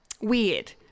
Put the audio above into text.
Weird